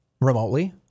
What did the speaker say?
remotely